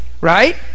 Right